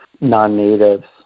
non-natives